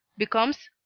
becomes,